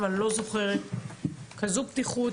ואני לא זוכרת כזו פתיחות,